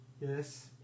Yes